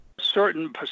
certain